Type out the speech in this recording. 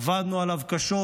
עבדנו עליו קשות,